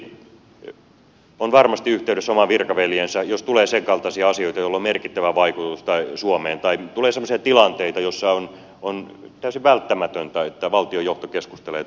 tasavallan presidentti on varmasti yhteydessä omaan virkaveljeensä jos tulee senkaltaisia asioita joilla on merkittävä vaikutus suomeen tai tulee semmoisia tilanteita joissa on täysin välttämätöntä että valtion johto keskustelee toisen valtion johdon kanssa